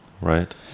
right